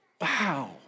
Wow